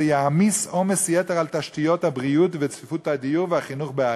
יעמיס עומס יתר על תשתיות הבריאות וצפיפות הדיור והחינוך בערים,